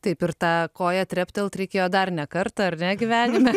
taip ir tą koją treptelt reikėjo dar ne kartą ar ne gyvenime